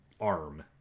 arm